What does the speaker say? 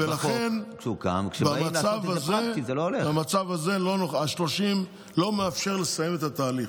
ולכן, במצב הזה, 30, זה לא מאפשר לסיים את התהליך.